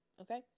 okay